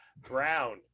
Brown